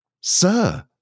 Sir